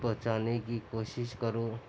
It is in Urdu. پہنچانے کی کوشش کرو